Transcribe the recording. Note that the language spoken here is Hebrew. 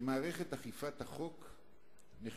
שמערכת אכיפת החוק נכשלה.